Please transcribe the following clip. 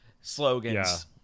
slogans